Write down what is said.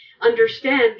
understand